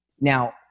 now